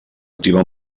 activa